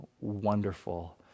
wonderful